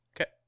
Okay